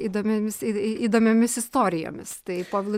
įdomiomis įdomiomis istorijomis tai povilui